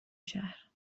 شهر